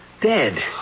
dead